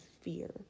fear